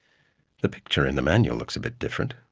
the picture in the manual looks a bit different,